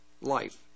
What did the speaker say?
life